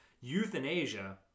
Euthanasia